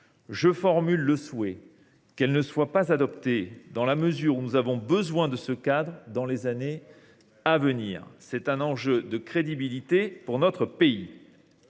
Je formule le souhait qu’elle ne soit pas adoptée, dans la mesure où nous avons besoin de ce cadre pour les années à venir. C’est un enjeu de crédibilité pour notre pays.